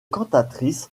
cantatrice